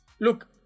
Look